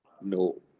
no